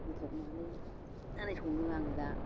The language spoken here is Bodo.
गोथाव माने ओरै सङो आङो दा